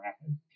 rapid